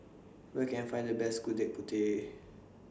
Where Can I Find The Best Gudeg Putih